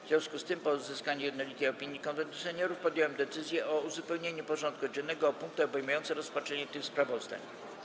W związku z tym, po uzyskaniu jednolitej opinii Konwentu Seniorów, podjąłem decyzję o uzupełnieniu porządku dziennego o punkty obejmujące rozpatrzenie tych sprawozdań.